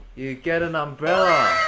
you get an umbrella!